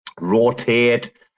rotate